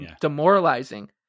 demoralizing